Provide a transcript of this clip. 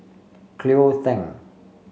Cleo Thang